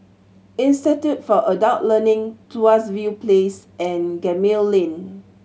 Institute for Adult Learning Tuas View Place and Gemmill Lane